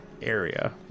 area